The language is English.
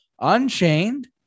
Unchained